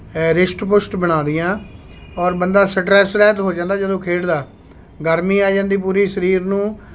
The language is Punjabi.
ਰਿਸ਼ਟ ਪੁਸ਼ਟ ਬਣਾਉਂਦੀਆਂ ਔਰ ਬੰਦਾ ਸਟਰੈੱਸ ਰਹਿਤ ਹੋ ਜਾਂਦਾ ਜਦੋਂ ਖੇਡਦਾ ਗਰਮੀ ਆ ਜਾਂਦੀ ਪੂਰੀ ਸਰੀਰ ਨੂੰ